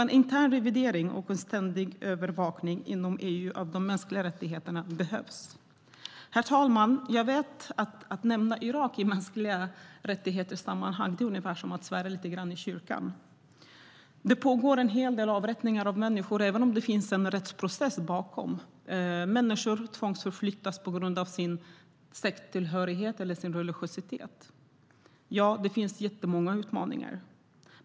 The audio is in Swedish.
En intern revidering och en ständig övervakning av de mänskliga rättigheterna inom EU behövs alltså. Herr talman! Att nämna Irak när det handlar om mänskliga rättigheter är lite grann som att svära i kyrkan. Det sker en hel del avrättningar av människor även om det finns en rättsprocess bakom. Människor tvångsförflyttas på grund av sin sekttillhörighet eller sin religiositet. Det finns jättemånga utmaningar.